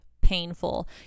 painful